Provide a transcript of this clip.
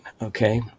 okay